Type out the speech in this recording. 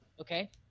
okay